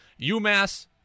UMass